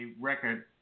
record